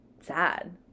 sad